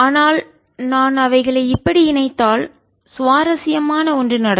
ஆனால் நான் அவைகளை இப்படி இணைத்தால் சுவாரஸ்யமான ஒன்று நடக்கும்